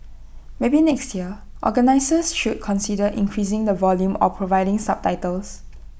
maybe next year organisers should consider increasing the volume or providing subtitles